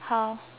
how